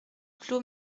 clos